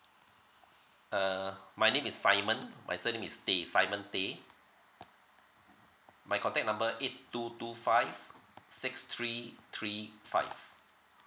uh my name is simon my surname is teh simon teh my contact number eight two two five six three three five